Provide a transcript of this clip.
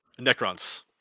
Necrons